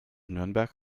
nürnberg